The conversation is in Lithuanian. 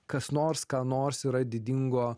kas nors ką nors yra didingo